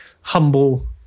humble